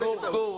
גור,